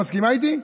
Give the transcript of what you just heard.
מסכימה איתי?